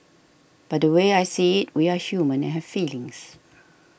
but the way I see it we are human and have feelings